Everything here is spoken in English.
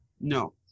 No